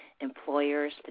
employers